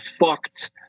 fucked